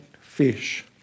fish